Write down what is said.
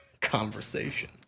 conversation